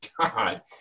God